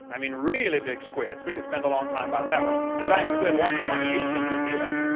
i mean really big squids, we could spend a long time on that one. a giant squid washed up on the beach in new zealand.